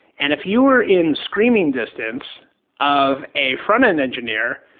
and if you were in screaming distance of a front-end engineer,